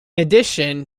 addition